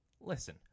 Listen